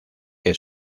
que